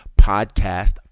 podcast